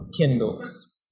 kindles